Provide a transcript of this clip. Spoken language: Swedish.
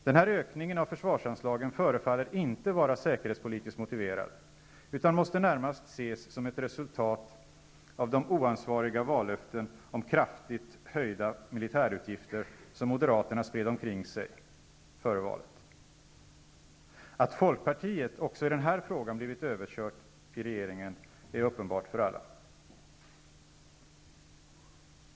Den här ökningen av försvarsanslagen förefaller inte vara säkerhetspolitiskt motiverad, utan måste närmast ses som ett resultat av de oansvariga vallöften om kraftigt höjda militärutgifter som moderaterna spred omkring sig före valet. Att folkpartiet också i den här frågan blivit överkört i regeringen är uppenbart för alla.